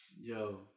Yo